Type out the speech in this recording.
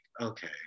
okay